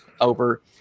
over